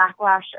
backlash